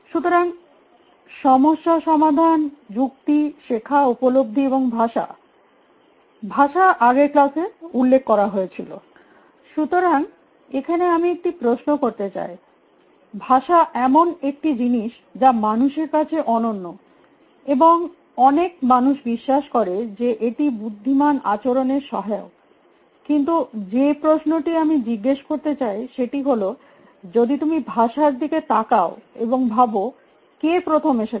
সুতরাং সমস্যা সমাধান যুক্তি শেখা উপলব্ধি এবং ভাষা ভাষা আগের ক্লাসে উল্লেখ করা হয়েছিল সুতরাং এখানে আমি একটি প্রশ্ন করতে চাই ভাষা এমন একটি জিনিস যা মানুষের কাছে অনন্য এবং অনেক মানুষ বিশ্বাস করে যে এটি বুদ্ধিমান আচরণের সহায়ক কিন্ত যে প্রশ্নটি আমি জিগেস করতে চাই সেটি হল যদি তুমি ভাষার দিকে তাকাও এবং ভাবো কে প্রথম এসেছে